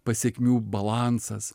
pasekmių balansas